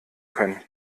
können